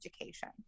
education